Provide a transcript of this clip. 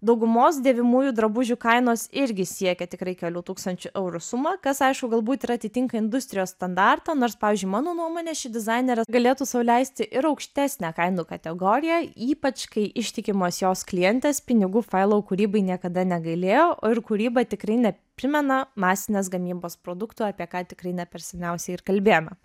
daugumos dėvimųjų drabužių kainos irgi siekia tikrai kelių tūkstančių eurų sumą kas aišku galbūt ir atitinka industrijos standartą nors pavyzdžiui mano nuomone ši dizainerė galėtų sau leisti ir aukštesnę kainų kategoriją ypač kai ištikimos jos klientės pinigų failau kūrybai niekada negailėjo o ir kūryba tikrai neprimena masinės gamybos produktų apie ką tikrai ne per seniausiai ir kalbėjome